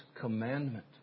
commandment